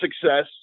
success